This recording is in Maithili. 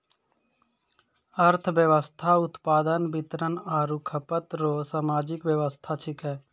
अर्थव्यवस्था उत्पादन वितरण आरु खपत रो सामाजिक वेवस्था छिकै